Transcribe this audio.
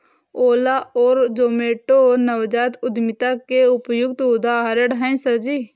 ओला और जोमैटो नवजात उद्यमिता के उपयुक्त उदाहरण है सर जी